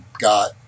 got